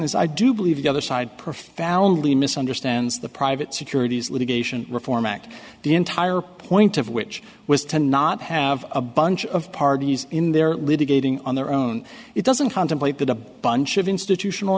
is i do believe the other side profoundly misunderstands the private securities litigation reform act the entire point of which was to not have a bunch of parties in their litigating on their own it doesn't contemplate that a bunch of institutional